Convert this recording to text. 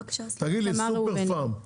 סופרפארם גם